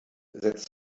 setzt